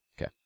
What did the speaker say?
Okay